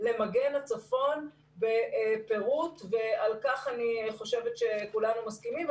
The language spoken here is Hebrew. למגן הצפון בפירוט ועל כך אני חושבת שכולנו מסכימים.